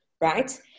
right